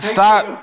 Stop